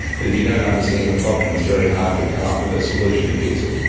but if you don't understand the problem it's very hard to come up with a solution to fix it.